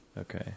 Okay